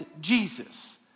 Jesus